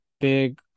big